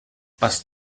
was